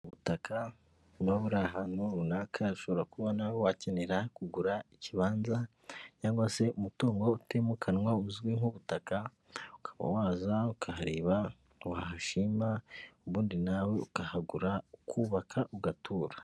Ubutaka buba buri ahantu runaka ushobora kubona wakenera kugura ikibanza cyangwa se umutungo utimukanwa uzwi nk'ubutaka, ukaba waza ukahareba wahashima ubundi nawe ukahagura ukubaka ugatura.